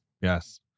Yes